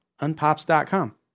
Unpops.com